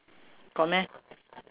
got meh